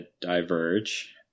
diverge